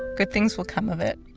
good things will come of it.